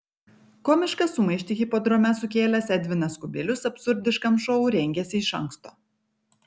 komišką sumaištį hipodrome sukėlęs edvinas kubilius absurdiškam šou rengėsi iš anksto